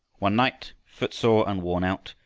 one night, footsore and worn out,